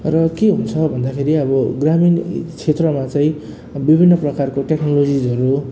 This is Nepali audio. र के हुन्छ भन्दाखेरि अब ग्रामीण क्षेत्रमा चाहिँ अब विभिन्न प्रकारको टेक्नोलोजीजहरू